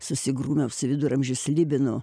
susigrūmiau su viduramžių slibinu